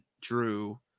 Drew